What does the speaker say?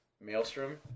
maelstrom